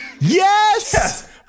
Yes